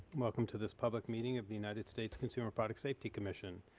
welcome to this public meeting of the united states consumer product safety commission.